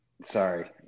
Sorry